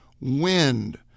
Wind